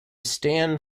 stand